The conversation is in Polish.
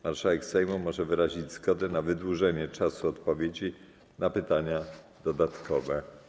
Marszałek Sejmu może wyrazić zgodę na wydłużenie czasu odpowiedzi na pytanie dodatkowe.